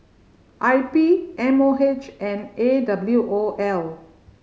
I P M O H and A W O L